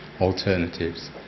alternatives